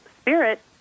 spirit